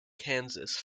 kansas